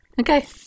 Okay